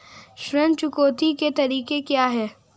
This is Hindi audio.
ऋण चुकौती के तरीके क्या हैं?